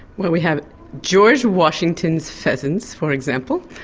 we have george washington's pheasants, for example.